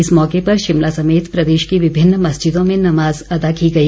इस मौके पर शिमला समेत प्रदेश की विभिन्न मस्जिदों में नमाज अता की गई